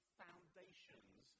foundations